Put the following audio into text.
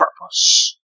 purpose